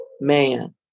man